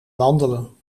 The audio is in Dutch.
wandelen